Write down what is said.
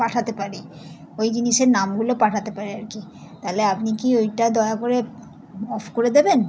পাঠাতে পারি ওই জিনিসের নামগুলো পাঠাতে পারি আর কি তালে আপনি কি ওইটা দয়া করে অফ করে দেবেন